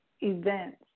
events